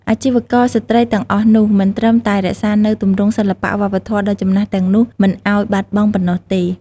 អាជីវករស្រ្តីទាំងអស់នោះ មិនត្រឹមតែរក្សានូវទម្រង់សិល្បៈវប្បធម៌ដ៏ចំណាស់ទាំងនេះមិនឱ្យបាត់បង់ប៉ុណ្ណោះទេ។